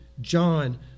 John